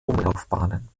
umlaufbahnen